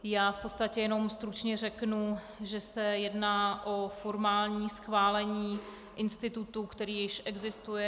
Já v podstatě jenom stručně řeknu, že se jedná o formální schválení institutu, který již existuje.